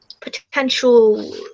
potential